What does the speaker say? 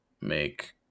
make